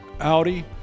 Audi